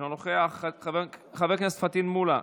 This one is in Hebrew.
אינו נוכח, חברת הכנסת לימור מגן תלם,